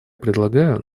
предлагаю